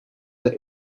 the